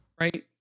right